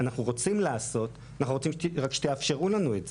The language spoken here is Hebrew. אנחנו רוצים לעשות רק רוצים שתאפשרו לנו את זה.